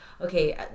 okay